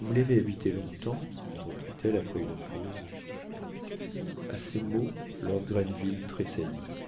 vous l'avez habité longtemps reprit-elle après une pause a ces mots lord grenville tressaillit